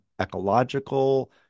ecological